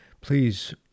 please